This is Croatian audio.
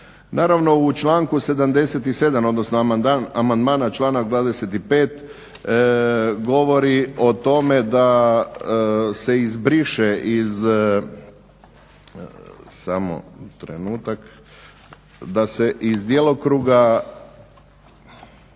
Naravno u članku 77., odnosno amandman na članak 25. govori o tome da se izbriše iz, samo trenutak, da se iz djelokruga,